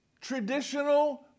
traditional